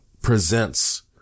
presents